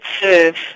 serve